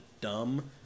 dumb